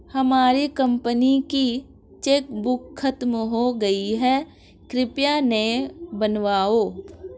हमारी कंपनी की चेकबुक खत्म हो गई है, कृपया नई बनवाओ